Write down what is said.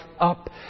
up